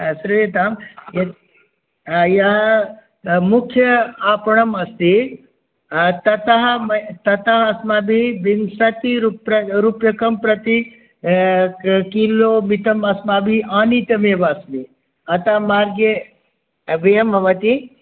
आम् श्रूयतां यः मुख्य आपणम् अस्ति ततः ततः अस्माभिः विंशति रूप्यकं प्रति किलोमितम् अस्माभिः आनितमेव अस्मि अत मार्गे व्ययं भवति